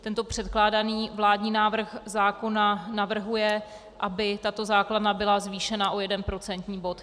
Tento předkládaný vládní návrh zákona navrhuje, aby tato základna byla zvýšena o jeden procentní bod.